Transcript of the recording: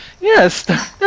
Yes